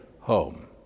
home